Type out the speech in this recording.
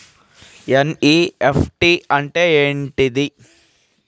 NEFT అంటే ఏంటిది?